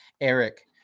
Eric